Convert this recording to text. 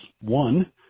one